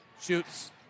Shoots